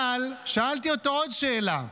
אבל שאלתי אותו עוד שאלה.